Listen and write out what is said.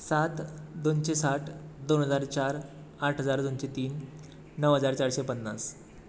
सात दोनशे साठ दोन हजार चार आठ हजार दोनशे तीन णव हजार चारशे पन्नास